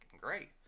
great